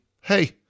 Hey